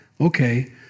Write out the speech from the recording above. Okay